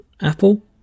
Apple